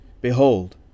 Behold